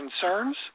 concerns